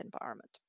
environment